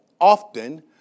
often